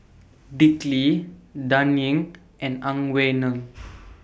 Dick Lee Dan Ying and Ang Wei Neng